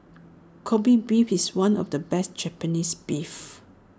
Kobe Beef is one of the best Japanese Beef